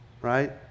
right